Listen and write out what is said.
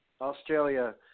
Australia